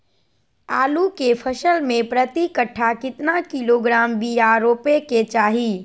आलू के फसल में प्रति कट्ठा कितना किलोग्राम बिया रोपे के चाहि?